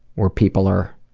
where people are